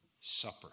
supper